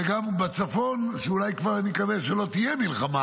וגם בצפון, שאולי נקווה שכבר לא תהיה מלחמה.